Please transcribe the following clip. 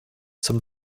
zum